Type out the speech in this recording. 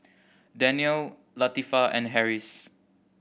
Danial Latifa and Harris